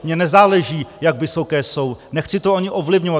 Mně nezáleží, jak vysoké jsou, nechci to ani ovlivňovat.